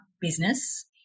business